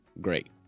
great